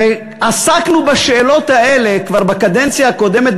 ועסקנו בשאלות האלה כבר בקדנציה הקודמת,